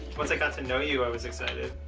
once i got to know you i was excited.